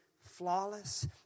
flawless